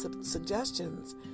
suggestions